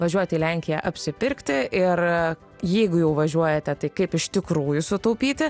važiuot į lenkiją apsipirkti ir jeigu jau važiuojate tai kaip iš tikrųjų sutaupyti